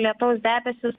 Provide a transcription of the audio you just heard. lietaus debesys